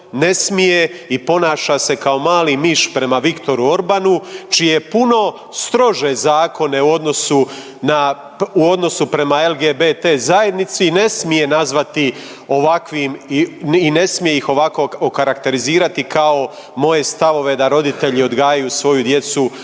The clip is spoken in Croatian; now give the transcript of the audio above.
i ponaša se kao mali miš prema Viktoru Orbanu, čiji je puno strože zakone u odnosu na, u odnosu prema LGBT zajednici, ne smije nazvati ovakvim i ne smije ih ovako okarakterizirati kao moje stavove da roditelji odgajaju svoju djecu u